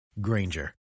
Granger